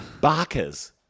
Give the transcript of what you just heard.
Barkers